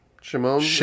Shimon